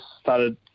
started